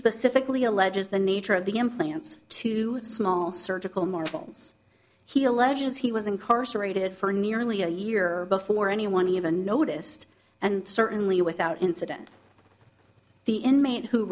specifically alleges the nature of the implants two small surgical marvels he alleges he was incarcerated for nearly a year before anyone even noticed and certainly without incident the inmate who